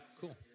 Cool